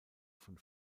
von